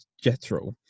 jethro